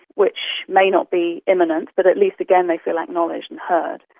which may not be imminent but at least, again, they feel acknowledged and heard.